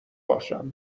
باشم